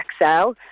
excel